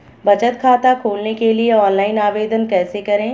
बचत खाता खोलने के लिए ऑनलाइन आवेदन कैसे करें?